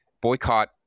boycott